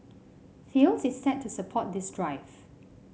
Thales is set to support this drive